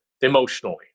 Emotionally